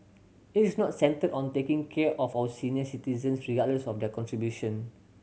it is not centred on taking care of our senior citizens regardless of their contribution